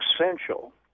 essential